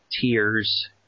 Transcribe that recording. tears